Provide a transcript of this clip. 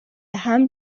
حمل